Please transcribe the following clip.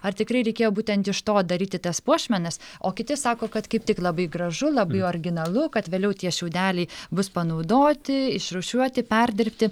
ar tikrai reikėjo būtent iš to daryti tas puošmenas o kiti sako kad kaip tik labai gražu labai originalu kad vėliau tie šiaudeliai bus panaudoti išrūšiuoti perdirbti